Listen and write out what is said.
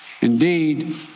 Indeed